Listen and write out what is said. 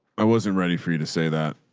i wasn't ready for you to say that.